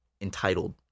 entitled